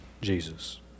Jesus